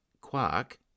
Quark